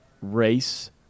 race